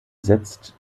setzt